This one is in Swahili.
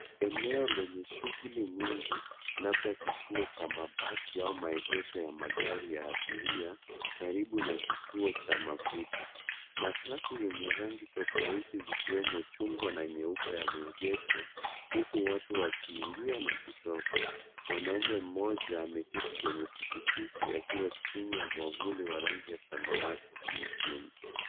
Eneo lenye shughuli nyingi labda kituo cha mabasi au maegesho ya magari ya abiria karibu na kituo cha mafuta. Matatu yenye rangi tofauti zikiwemo chungwa na nyeupe yameegeshwa huku watu wakiingia na kutoka. Mwanaume mmoja ameketi kwenye pikipiki akiwa chini ya mwavuli wa rangi ya samawati na nyekundu.